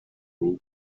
room